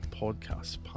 podcast